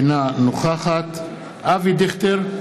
אינה נוכחת אבי דיכטר,